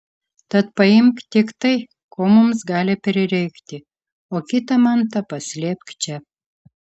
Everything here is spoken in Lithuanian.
tad paimk tik tai ko mums gali prireikti o kitą mantą paslėpk čia